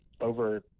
over